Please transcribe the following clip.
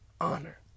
honor